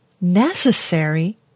Necessary